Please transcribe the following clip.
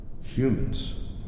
Humans